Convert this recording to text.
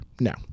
No